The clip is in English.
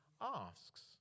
asks